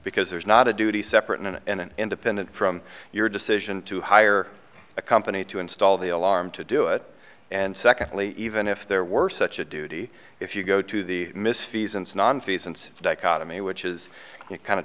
because there's not a duty separate and an independent from your decision to hire a company to install the alarm to do it and secondly even if there were such a duty if you go to the misfeasance nonfeasance dichotomy which is kind of